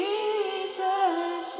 Jesus